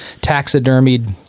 taxidermied